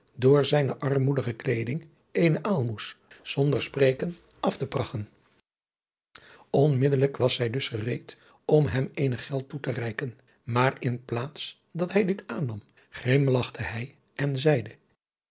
door zijne armoedige kleeding eene aalmoes zonder spreken aftepragchen onmiddellijk was zij dus gereed om hem eenig geld toe te reiken maar in plaats dat hij dit aannam grimlachte hij en zeide